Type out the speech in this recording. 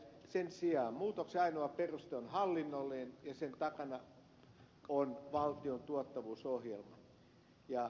sen sijaan muutoksen ainoa peruste on hallinnollinen ja sen takana valtion tuottavuusohjelma